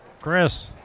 Chris